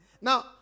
Now